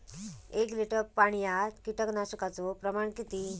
एक लिटर पाणयात कीटकनाशकाचो प्रमाण किती?